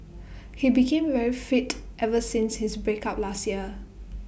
he became very fit ever since his break up last year